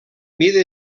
mida